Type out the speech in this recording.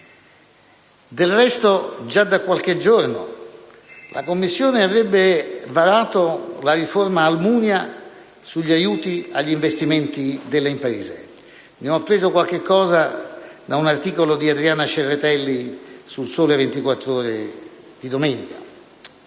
Del resto, già da qualche giorno la Commissione ha varato la riforma Almunia sugli aiuti agli investimenti delle imprese. Ne ho appreso qualcosa da un articolo di Adriana Cerretelli su «Il Sole 24 Ore» di domenica.